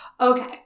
Okay